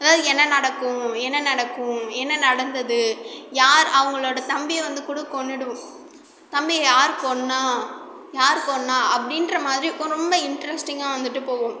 அதாவது என்ன நடக்கும் என்ன நடக்கும் என்ன நடந்தது யார் அவங்களோட தம்பியை வந்து கூட கொன்றுடும் தம்பியை யார் கொன்றா யார் கொன்றா அப்படின்ற மாதிரி இருக்கும் ரொம்ப இன்ட்ரஸ்டிங்காக வந்துவிட்டு போகும்